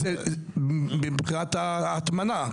מבחינת ההטמנה,